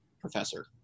professor